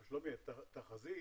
שלומי, התחזית,